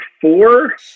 four